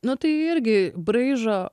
nu tai irgi braižą